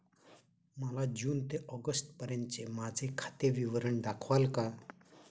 मला जून ते ऑगस्टपर्यंतचे माझे खाते विवरण दाखवाल का?